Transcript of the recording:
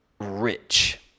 rich